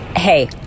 Hey